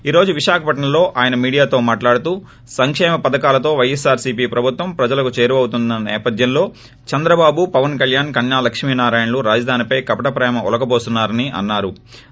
ఈ రోజు విశాఖపట్నంలో ఆయన మీడియాతో మాట్లాడుతూ సంకేమ పథకాలతో వైఎస్సార్సీపీ ప్రభుత్వం ప్రజలకు చేరువవుతుందన్న నేపద్యంలో చంద్రబాబు పవస్కల్యాణ్ కన్నా లక్ష్మీనారాయణలు రాజధానిపై కపట ప్రేమ ఒలకబోస్తున్నా రని మండిపడ్డారు